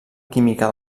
química